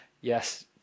yes